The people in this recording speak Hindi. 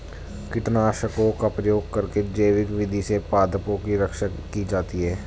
कीटनाशकों का प्रयोग करके जैविक विधि से पादपों की रक्षा की जाती है